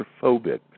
claustrophobic